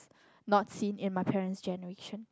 not seen in my parent's generation